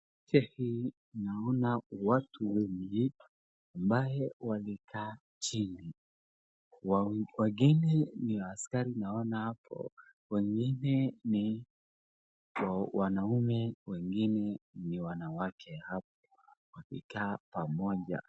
Sa hii naona watu wengi ambao walikaa chini. Wengine ni askari naona hapo, wengine ni wanaume, wengine ni wanawake hapo, wamekaa pamoja.